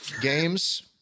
games